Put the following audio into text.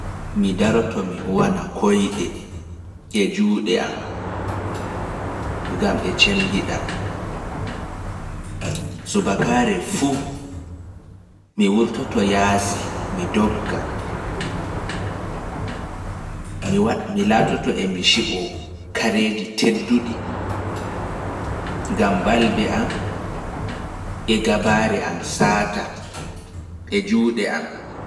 Dara kuwana koiɗe e juuɗe ma gam ɗe saata ɗe cemmbiɗa. Subakaare fu wurta ndogga shiroɗa kare tedduɗe gam sattina balbe e becce ma.